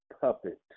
puppet